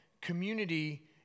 community